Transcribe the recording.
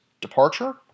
departure